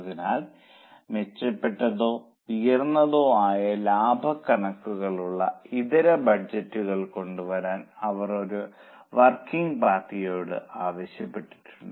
അതിനാൽ മെച്ചപ്പെട്ടതോ ഉയർന്നതോ ആയ ലാഭ കണക്കുകളുള്ള ഇതര ബജറ്റുകൾ കൊണ്ടുവരാൻ അവർ ഒരു വർക്കിംഗ് പാർട്ടിയോട് ആവശ്യപ്പെട്ടിട്ടുണ്ട്